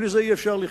בלי זה אי-אפשר לחיות,